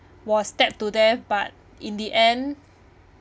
was stabbed to death but in the end